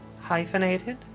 Hyphenated